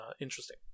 interesting